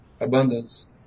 abundance